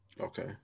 Okay